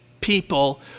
people